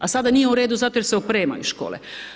A sada nije u redu zato jer se opremaju škole.